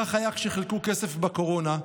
כך היה כשחילקו כסף בקורונה,